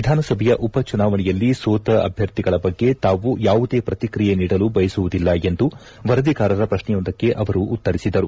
ವಿಧಾನಸಭೆಯ ಉಪಚುನಾವಣೆಯಲ್ಲಿ ಸೋತ ಅಭ್ಯರ್ಥಿಗಳ ಬಗ್ಗೆ ತಾವು ಯಾವುದೇ ಪ್ರತಿಕ್ರಿಯೆ ನೀಡಲು ಬಯಸುವುದಿಲ್ಲ ಎಂದು ವರದಿಗಾರರ ಪ್ರಶ್ನೆಯೊಂದಕ್ಕೆ ಅವರು ಉತ್ತರಿಸಿದರು